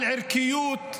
על ערכיות.